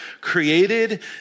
created